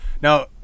Now